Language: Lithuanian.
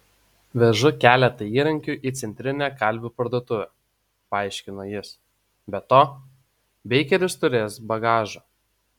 vežu keletą įrankių į centrinę kalvių parduotuvę paaiškino jis be to beikeris turės bagažo